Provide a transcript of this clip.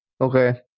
Okay